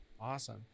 Awesome